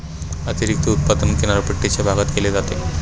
अतिरिक्त उत्पादन किनारपट्टीच्या भागात केले जाते